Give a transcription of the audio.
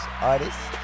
artists